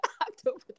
October